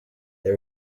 they